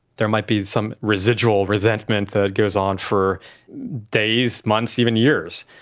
there might be some residual resentment that goes on for days, months, even years.